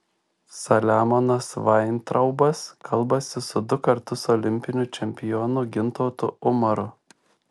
saliamonas vaintraubas kalbasi su du kartus olimpiniu čempionu gintautu umaru